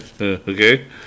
Okay